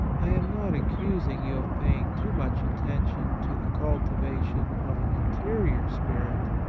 i am not accusing you of paying too much attention to the cultiva tion of an interior spirit.